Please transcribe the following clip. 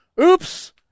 oops